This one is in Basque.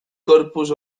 corpus